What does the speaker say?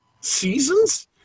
seasons